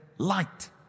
Light